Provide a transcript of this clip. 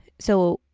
so,